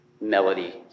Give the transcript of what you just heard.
melody